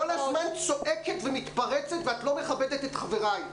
את כל הזמן צועקת ומתפרצת ואת לא מכבדת את חברייך.